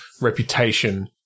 reputation